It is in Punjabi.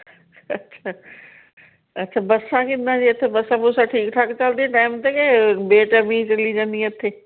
ਅੱਛਾ ਅੱਛਾ ਬੱਸਾਂ ਕਿੱਦਾਂ ਜੀ ਇੱਥੇ ਬੱਸਾਂ ਬੁੱਸਾਂ ਠੀਕ ਠਾਕ ਚੱਲਦੀਆਂ ਟਾਈਮ 'ਤੇ ਕਿ ਬੇਟਾਈਮੀ ਚੱਲੀ ਜਾਂਦੀਆਂ ਇੱਥੇ